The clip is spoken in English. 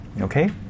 Okay